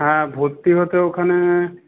হ্যাঁ ভর্তি হতে ওখানে